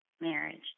marriage